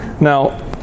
Now